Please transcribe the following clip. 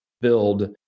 build